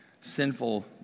sinful